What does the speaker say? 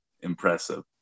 impressive